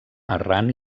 errant